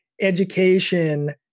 education